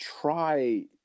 try